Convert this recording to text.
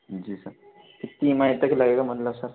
जी sir कितनी E M I तक लगेगा मतलब सर